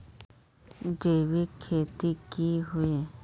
जैविक खेती की होय?